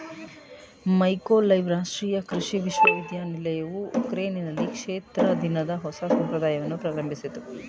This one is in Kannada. ಮೈಕೋಲೈವ್ ರಾಷ್ಟ್ರೀಯ ಕೃಷಿ ವಿಶ್ವವಿದ್ಯಾಲಯವು ಉಕ್ರೇನ್ನಲ್ಲಿ ಕ್ಷೇತ್ರ ದಿನದ ಹೊಸ ಸಂಪ್ರದಾಯವನ್ನು ಪ್ರಾರಂಭಿಸಿತು